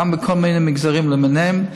מכל מיני מגזרים, למיניהם.